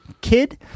kid